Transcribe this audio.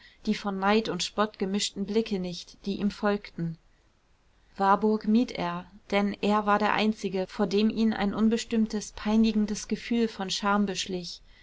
die von neid und spott gemischten blicke nicht die ihm folgten warburg mied er denn er war der einzige vor dem ihn ein unbestimmtes peinigendes gefühl von scham beschlich